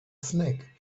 snack